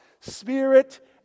spirit